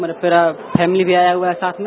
मेरा फैमिली भी आया हुआ है साथ में